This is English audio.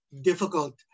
difficult